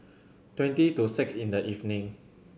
twenty to six in the evening